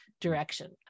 direction